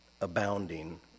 abounding